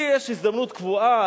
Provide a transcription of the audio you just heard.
לי יש הזדמנות קבועה,